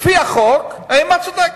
לפי החוק האמא צודקת.